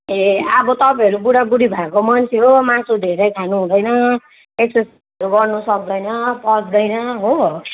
अब तपाईँहरू बुढाबुढी भएको मन्छे हो मासु धेरै खानु हुँदैन एक्सार्साइजहरू गर्नु सक्दैन पच्दैन हो